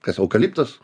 kas eukaliptas